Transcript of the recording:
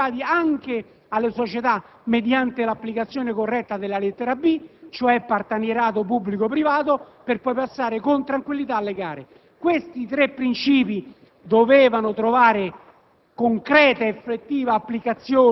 si sarebbe dovuto stimolare l'apertura ai privati anche alle società, mediante l'applicazione corretta della lettera *b)*, cioè partenariato pubblico-privato, per poi passare con tranquillità alle gare. Questi tre principi dovevano trovare